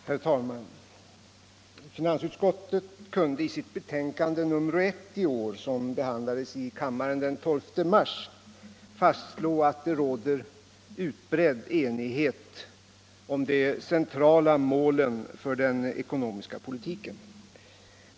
Herr talman! Finansutskottet kunde i sitt betänkande nr 1 i år, som behandlades i kammaren den 12 mars, fastslå att det råder utbredd enighet om de centrala målen för den ekonomiska politiken.